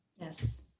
yes